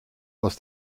aus